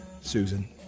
Susan